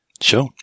Sure